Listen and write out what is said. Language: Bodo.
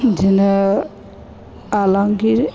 बिदिनो आलांगि